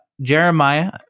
Jeremiah